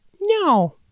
no